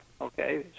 Okay